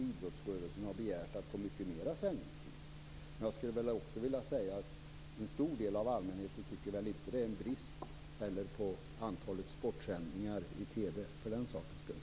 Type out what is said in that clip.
Snarare har idrottsrörelsen begärt att få mycket mera sändningstid. Jag skulle dock vilja säga att en stor del av allmänheten väl ändå inte tycker att det för den sakens skull är för få sportsändningar i TV.